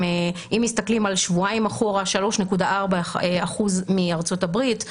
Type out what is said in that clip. אם מסתכלים על שבועיים אחורה, 3.4% מארצות הברית.